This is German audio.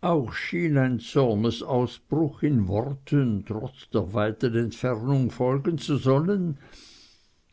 auch schien ein zornausbruch in worten trotz der weiten entfernung folgen zu sollen